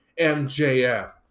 MJF